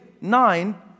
nine